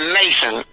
nation